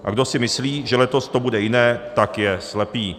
A kdo si myslí, že letos to bude jiné, tak je slepý.